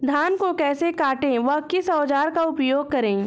धान को कैसे काटे व किस औजार का उपयोग करें?